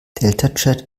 deltachat